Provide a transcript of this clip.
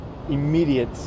immediate